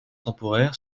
temporaire